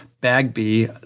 Bagby